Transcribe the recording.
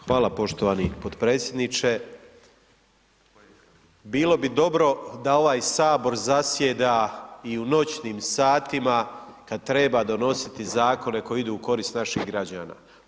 Hvala poštovani podpredsjedniče, bilo bi dobro da ovaj sabor zasjeda i u noćnim satima kad treba donositi zakone koji idu u korist naših građana.